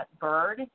bird